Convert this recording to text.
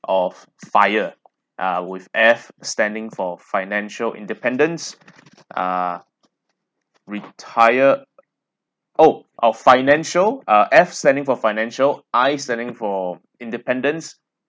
of FIRE uh with F standing for financial independence uh retire oh of financial uh F standing for financial I standing for independence